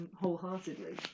wholeheartedly